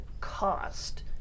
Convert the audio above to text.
cost